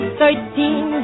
thirteen